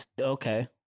Okay